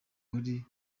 wari